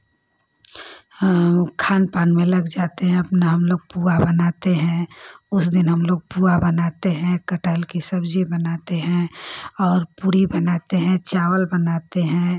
खान पान में लग जाते हैं अपना हम लोग पुआ बनाते हैं उस दिन हम लोग पुआ बनाते हैं कठहल की सब्ज़ी बनाते हैं और पूड़ी बनाते हैं चावल बनाते हैं